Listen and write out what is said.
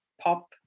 pop